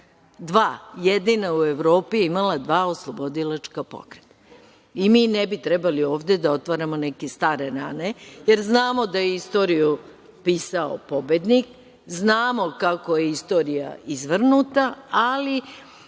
Jedina je u Evropi imala dva oslobodilačka pokreta. Mi ne bi trebali ovde da otvaramo neke stare rane, jer znamo da je istoriju pisao pobednik, znamo kako je istorija izvrnuta, ali